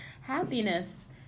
happiness